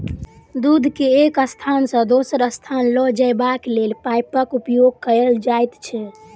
दूध के एक स्थान सॅ दोसर स्थान ल जयबाक लेल पाइपक उपयोग कयल जाइत छै